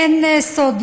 אין סוד,